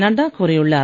நட்டா கூறியுள்ளார்